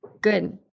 Good